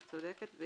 היא צודקת,